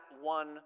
one